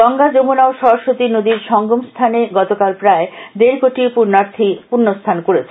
গঙ্গা যমুনা ও স্বরস্বতী নদীর সঙ্গম স্হানে গতকাল প্রায় দেড় কোটি পুর্নার্থী পুন্যস্নান করেছেন